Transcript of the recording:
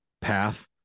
path